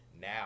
now